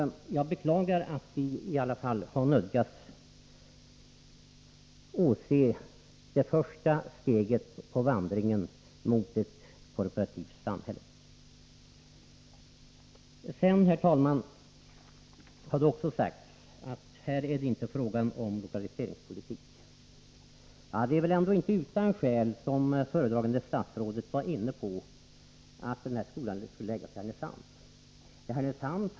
Jag beklagar att vi i alla fall nödgats åse det första steget på vandringen mot ett korporativt samhälle. Sedan, herr talman, har det också sagts att här är det inte fråga om lokaliseringspolitik. Det är väl ändå inte utan skäl som föredragande statsrådet var inne på att den här skolan skulle förläggas till Härnösand.